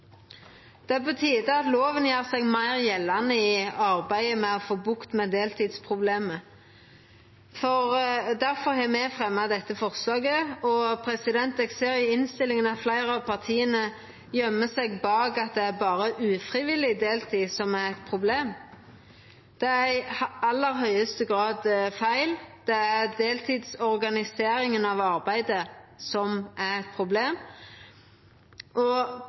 Det er på tide at loven gjer seg meir gjeldande i arbeidet med å få bukt med deltidsproblemet. Difor har me fremja dette forslaget. Eg ser i innstillinga at fleire av partia gøymer seg bak at det berre er ufrivillig deltid som er eit problem. Det er i aller høgste grad feil. Det er deltidsorganiseringa av arbeidet som er eit problem.